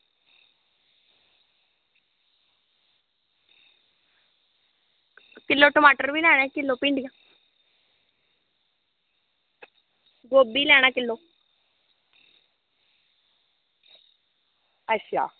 kilo टमाटर बी लैने किलो भिंडियां गोभी लैना किलो अच्छा